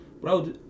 Bro